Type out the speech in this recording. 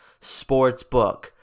Sportsbook